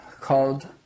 called